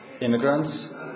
immigrants